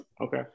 Okay